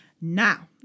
Now